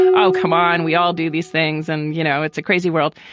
oh, come on, we all do these things. and, you know, it's a crazy world.